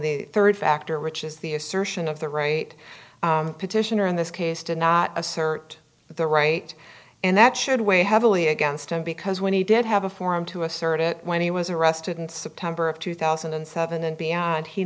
the third factor which is the assertion of the right petitioner in this case did not assert the right and that should weigh heavily against him because when he did have a forum to assert it when he was arrested in september of two thousand and seven and beyond he